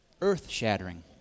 earth-shattering